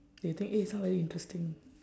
that you think eh this one very interesting